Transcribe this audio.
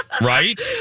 Right